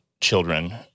children